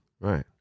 Right